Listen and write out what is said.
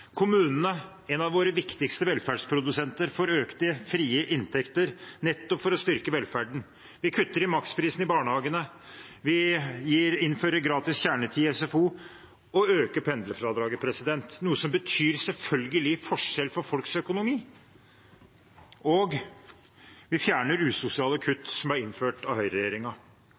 Kommunene, en av våre viktigste velferdsprodusenter, får økte frie inntekter, nettopp for å styrke velferden. Vi kutter i maksprisen for barnehagene, vi innfører gratis kjernetid i SFO, og vi øker pendlerfradraget, noe som selvfølgelig betyr en forskjell for folks økonomi. Vi fjerner usosiale kutt innført av